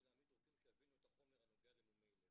להעמיד רופאים שיבינו את החומר הנוגע למומי לב.